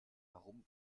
warum